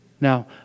Now